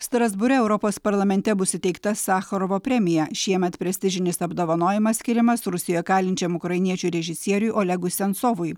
strasbūre europos parlamente bus įteikta sachorovo premija šiemet prestižinis apdovanojimas skiriamas rusijoje kalinčiam ukrainiečių režisieriui olegui sensovui